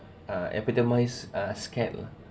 err epitomised uh scared uh